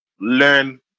learn